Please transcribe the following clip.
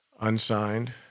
unsigned